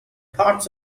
parts